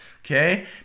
Okay